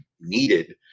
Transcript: needed